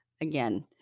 again